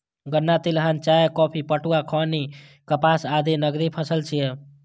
गन्ना, तिलहन, चाय, कॉफी, पटुआ, खैनी, कपास आदि नकदी फसल छियै